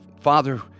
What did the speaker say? Father